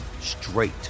straight